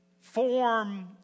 form